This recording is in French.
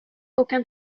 aucun